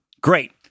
Great